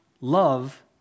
love